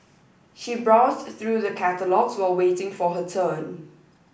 she browsed through the catalogues while waiting for her turn